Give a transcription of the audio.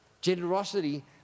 Generosity